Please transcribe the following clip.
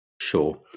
sure